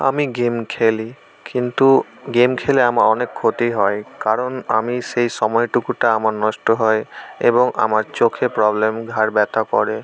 আমি গেম খেলি কিন্তু গেম খেলে আমার অনেক ক্ষতি হয় কারণ আমি সেই সময়টুকুটা আমার নষ্ট হয় এবং আমার চোখে প্রবলেম ঘাড় ব্যথা করে